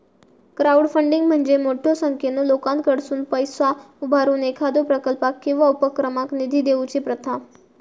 crowdfunding म्हणजे मोठ्यो संख्येन लोकांकडसुन पैसा उभारून एखाद्यो प्रकल्पाक किंवा उपक्रमाक निधी देऊची प्रथा